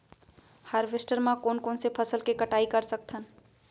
Harvester म कोन कोन से फसल के कटाई कर सकथन?